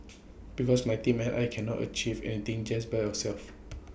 because my team and I cannot achieve anything just by ourselves